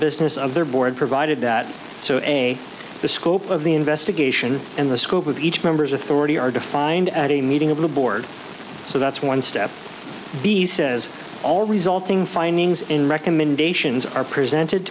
business of their board provided that so a the scope of the investigation and the scope of each member's authority are defined at a meeting of the board so that's one step be says all resulting findings and recommendations are presented